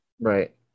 Right